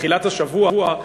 בתחילת השבוע,